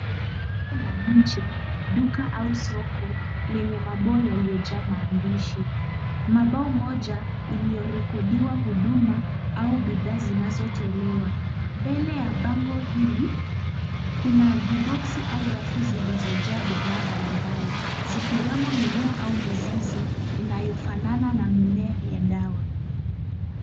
Bango la nje, duka au soko lenye mabao yaliyojaa maandishi. Mabao moja iliyorekodiwa huduma au bidhaa zinazotolewa. Mbele ya bango hili kuna viboxes au rafu zilizojaa bidhaa mbalimbali zikiwemo mimea au mizizi inayofanana na mimea ya dawa.